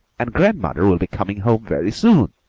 and grandmother will be coming home very soon,